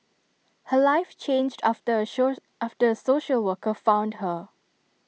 her life changed after A after A social worker found her